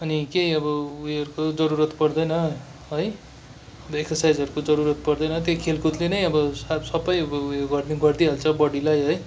अनि केही अब उयोहरूको जरुरत पर्दैन है एक्सरसाइजहरूको जरुरत पर्दैन त्यही खेलकुदले नै अब सा सबै अब उयो गर्नु गरिदिई हाल्छ बोडीलाई है